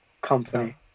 company